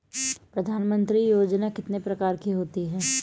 प्रधानमंत्री योजना कितने प्रकार की होती है?